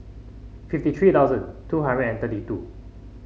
fifty three thousand two hundred and thirty two